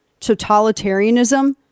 totalitarianism